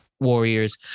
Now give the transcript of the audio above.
Warriors